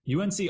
UNC